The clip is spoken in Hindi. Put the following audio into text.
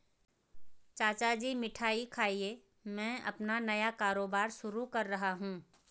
चाचा जी मिठाई खाइए मैं अपना नया कारोबार शुरू कर रहा हूं